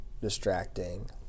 distracting